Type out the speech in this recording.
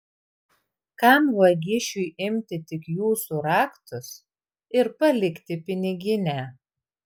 kam vagišiui imti tik jūsų raktus ir palikti piniginę